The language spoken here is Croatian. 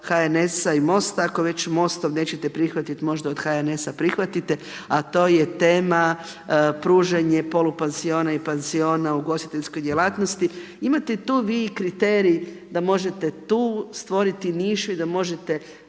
HNS-a i MOST, ako već MOST-ov nećete prihvatiti možda od HNS-a prihvatite a to je tema pružanje polupansiona i pansiona u ugostiteljskoj djelatnosti. Imate tu vi i kriterij da možete tu stvoriti nišu i da možete